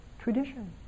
tradition